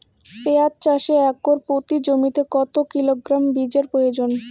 পেঁয়াজ চাষে একর প্রতি জমিতে কত কিলোগ্রাম বীজের প্রয়োজন?